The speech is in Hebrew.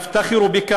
יחיא,